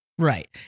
Right